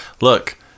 Look